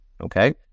Okay